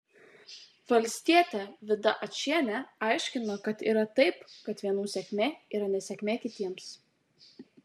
valstietė vida ačienė aiškino kad yra taip kad vienų sėkmė yra nesėkmė kitiems